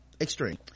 extreme